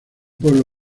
pueblo